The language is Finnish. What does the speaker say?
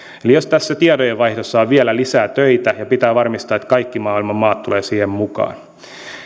eli myös tässä tietojenvaihdossa on vielä lisää töitä ja pitää varmistaa että kaikki maailman maat tulevat siihen mukaan